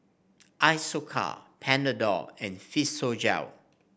Isocal Panadol and Physiogel